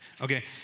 Okay